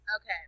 okay